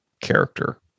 character